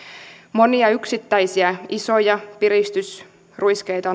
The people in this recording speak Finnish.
monia yksittäisiä isoja piristysruiskeita